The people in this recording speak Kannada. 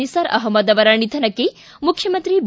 ನಿಸಾರ್ ಅಹಮದ್ ಅವರ ನಿಧನಕ್ಕೆ ಮುಖ್ಯಮಂತ್ರಿ ಬಿ